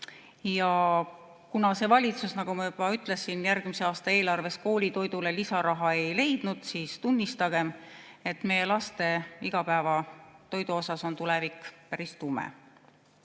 Ja kuna see valitsus, nagu ma juba ütlesin, järgmise aasta eelarves koolitoidule lisaraha ei leidnud, siis tunnistagem, et meie laste igapäevatoidu osas on tulevik päris tume. Aga